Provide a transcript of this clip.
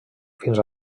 fins